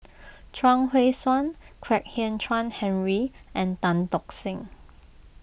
Chuang Hui Tsuan Kwek Hian Chuan Henry and Tan Tock Seng